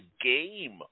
game